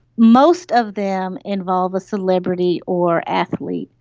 most of them involve a celebrity or athlete,